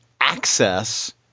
access